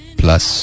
plus